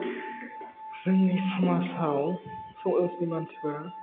जोंनि समाजाव समाजनि मानसिफोरा